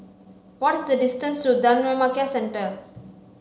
what is the distance to Dhammakaya Centre